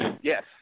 yes